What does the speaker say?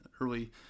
early